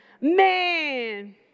Man